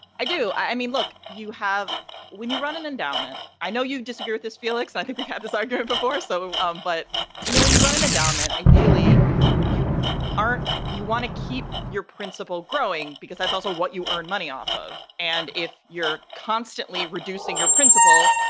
i do. i mean, look, you have when you run an endowment. i know you disagree with this, felix. i think we've had this argument before. so um but we know when you run an endowment, ideally you aren't. you want to keep your principal growing because that's also what you earn money off of. and if you're constantly reducing your principal,